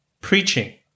preaching